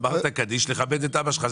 אמרת קדיש לכבד את אבא שלך.